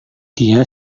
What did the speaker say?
dia